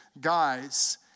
guys